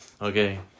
Okay